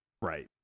right